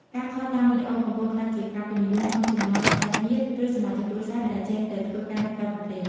ការខលតាមវីដេអូកំពុងក្លាយជាការពេញនិយមក្នុងចំណោមសាច់ញាតិ ឬសមាជិកគ្រួសារដែលចេញទៅធ្វើការនៅក្រៅប្រទេស។